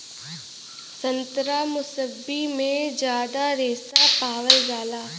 संतरा मुसब्बी में जादा रेशा पावल जाला